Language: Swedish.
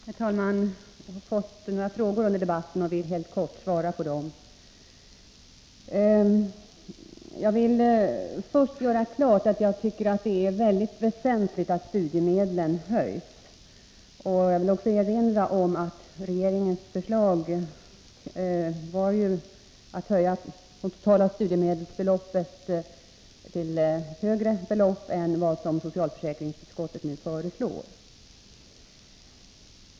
Herr talman! Jag har fått några frågor under debatten, och jag skall helt kort svara på dem. Jag vill först göra klart att jag tycker att det är mycket väsentligt att studiemedlen höjs. Jag vill också erinra om att regeringens förslag var att det totala studiemedelsbeloppet skulle höjas mer än vad socialförsäkringsutskottet nu föreslår.